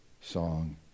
song